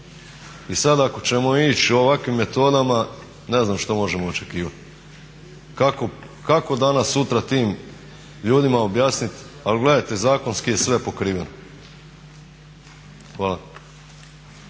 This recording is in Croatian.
I sad ako ćemo ići ovakvim metodama ne znam što možemo očekivat, kako danas sutra tim ljudima objasnit ali gledajte zakonski je sve pokriveno. Hvala.